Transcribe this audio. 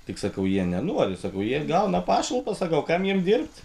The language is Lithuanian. tik sakau jie nenori sakau jie gauna pašalpas sakau kam jiem dirbt